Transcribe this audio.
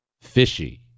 Fishy